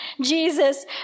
Jesus